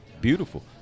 Beautiful